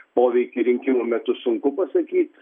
poveikį rinkimų metu sunku pasakyt